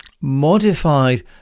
modified